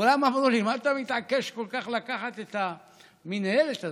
כולם אמרו לי: מה אתה מתעקש כל כך לקחת את המינהלת הזאת?